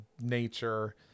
nature